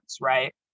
Right